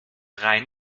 rein